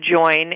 join